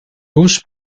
busch